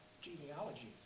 genealogy